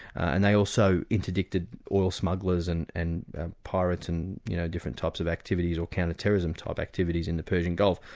and they also interdicted oil smugglers and and ah pirates and you know different types of activities or counter-terrorism-type activities in the persian gulf.